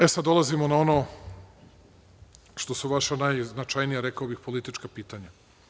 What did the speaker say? E, sad dolazimo na ono što su vaša najznačajnija, rekao bih, politička pitanja.